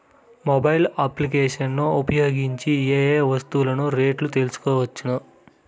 Mobile applications ను ఉపయోగించి ఏ ఏ వస్తువులు రేట్లు తెలుసుకోవచ్చును?